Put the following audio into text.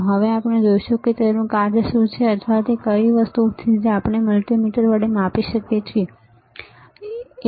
હવે આપણે જોઈશું કે કાર્ય શું છે અથવા કઈ વસ્તુઓ છે જે આપણે મલ્ટિમીટર વડે કરી શકીએ છીએ બરાબર